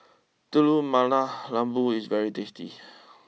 Telur Mata Lembu is very tasty